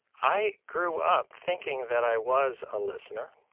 i grew up thinking that i was a listener,